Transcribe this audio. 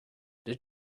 did